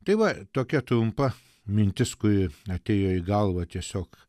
tai va tokia trumpa mintis kuri atėjo į galvą tiesiog